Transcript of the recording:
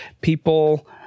people